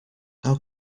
how